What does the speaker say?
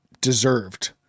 deserved